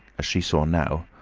as she saw now,